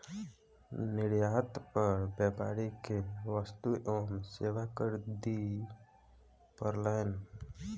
निर्यात पर व्यापारी के वस्तु एवं सेवा कर दिअ पड़लैन